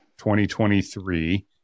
2023